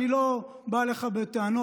אני לא בא אליך בטענות,